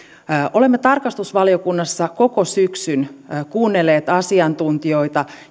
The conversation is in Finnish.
olemme tarkastusvaliokunnassa koko syksyn kuunnelleet asiantuntijoita